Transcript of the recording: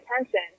attention